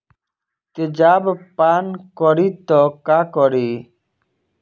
तेजाब पान करी त का करी?